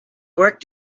work